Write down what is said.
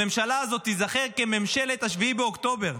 הממשלה הזאת תיזכר כממשלת ה-7 באוקטובר,